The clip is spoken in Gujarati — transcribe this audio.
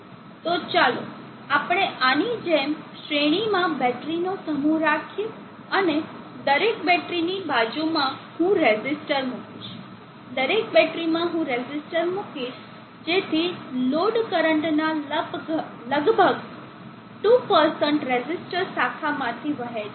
તો ચાલો આપણે આની જેમ શ્રેણીમાં બેટરીઓનો સમૂહ રાખીએ અને દરેક બેટરીની બાજુમાં હું રેઝિસ્ટર મૂકીશ દરેક બેટરીમાં હું રેસિસ્ટર મૂકીશ જેથી લોડ કરંટના લગભગ 2 રેઝિસ્ટર શાખામાંથી વહે છે